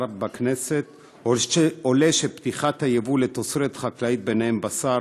בכנסת עולה שפתיחת היבוא לתוצרת חקלאית ובה בשר,